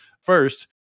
first